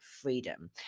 freedom